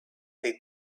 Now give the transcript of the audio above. they